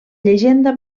llegenda